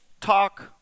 talk